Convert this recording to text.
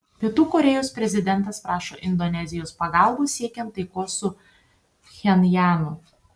pietų korėjos prezidentas prašo indonezijos pagalbos siekiant taikos su pchenjanu